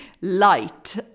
light